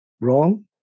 wrong